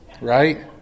right